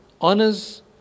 Honors